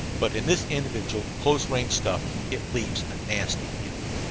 but in this individual close-range stuff it leaves a nasty feeling.